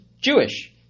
Jewish